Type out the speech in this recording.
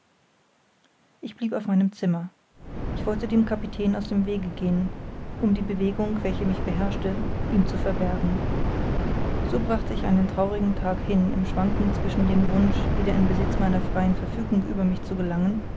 ich blieb auf meinem zimmer ich wollte dem kapitän aus dem wege gehen um die bewegung welche mich beherrschte ihm zu verbergen so brachte ich einen traurigen tag hin im schwanken zwischen dem wunsch wieder in besitz meiner freien verfügung über mich zu gelangen